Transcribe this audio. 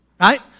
Right